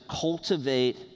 cultivate